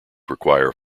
require